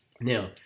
now